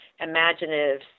imaginative